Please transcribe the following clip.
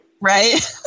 Right